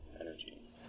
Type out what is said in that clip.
energy